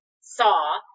saw